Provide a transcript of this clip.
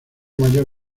mayor